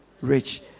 Rich